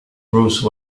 bruce